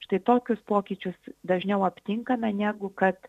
štai tokius pokyčius dažniau aptinkame negu kad